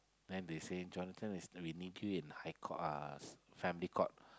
then they say Jonathan is that we need you in High-Court uh Family-Court